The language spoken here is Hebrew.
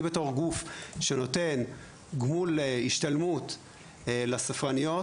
אני בתור גוף שנותן גמול השתלמות לספרניות,